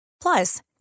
Plus